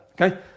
okay